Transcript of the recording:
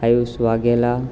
Ayush Vaghela